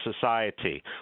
society